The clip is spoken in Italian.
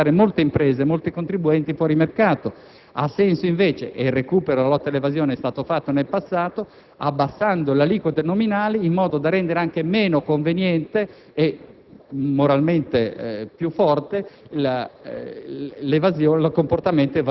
facendo pagare prima di diminuire la tassazione, ciò significa spremere molto di più e mandare molte imprese e molti contribuenti fuori mercato. Il recupero della lotta all'evasione, invece, ha senso - ed è stato fatto nel passato - abbassando le aliquote nominali, in modo da rendere anche meno conveniente e